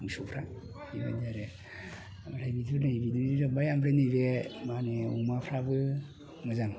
मोसौफोरा बेबायदि आरो ओमफ्राय नैबे अमाफ्राबो मोजां